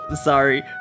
Sorry